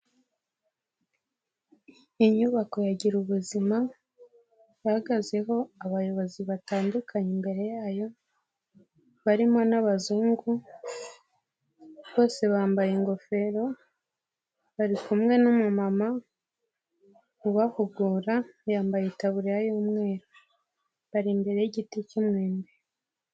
Inyubako ya gira ubuzima, ihagazeho abayobozi batandukanye imbere yayo, barimo n'abazungu, bose bambaye ingofero, bari kumwe n'umumama, ubahugura yambaye itaburiya y'umweru, bari imbere y'igiti cy'umwembe.